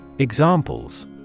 Examples